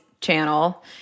Channel